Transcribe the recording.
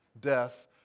death